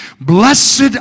Blessed